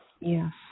Yes